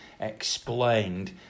explained